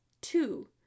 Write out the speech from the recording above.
Two